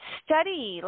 study